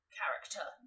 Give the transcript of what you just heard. character